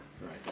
right